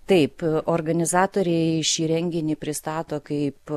taip organizatoriai šį renginį pristato kaip